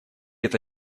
это